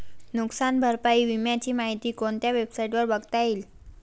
नुकसान भरपाई विम्याची माहिती कोणत्या वेबसाईटवर बघता येईल?